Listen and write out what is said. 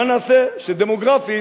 מה נעשה שדמוגרפית